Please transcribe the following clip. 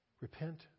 Repent